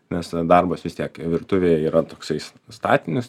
nes darbas vis tiek virtuvėj yra toksais statinis